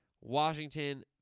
Washington